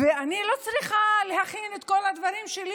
ואני לא צריכה להכין את כל הדברים שלי